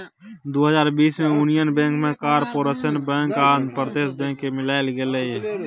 दु हजार बीस मे युनियन बैंक मे कारपोरेशन बैंक आ आंध्रा बैंक केँ मिलाएल गेलै